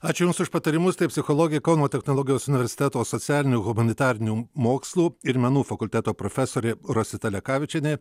ačiū jums už patarimus tai psichologė kauno technologijos universiteto socialinių humanitarinių mokslų ir menų fakulteto profesorė rosita lekavičienė